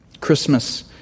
Christmas